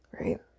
Right